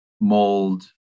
mold